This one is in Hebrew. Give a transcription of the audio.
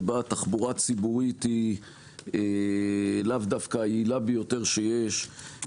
שבה התחבורה הציבורית היא לאו דווקא היעילה ביותר שיש,